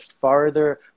farther